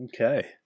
Okay